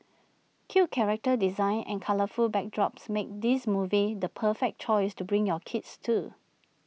cute character designs and colourful backdrops make this movie the perfect choice to bring your kids to